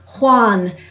Juan